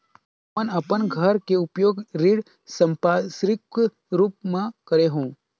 हमन अपन घर के उपयोग ऋण संपार्श्विक के रूप म करे हों